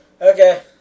Okay